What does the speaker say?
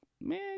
Man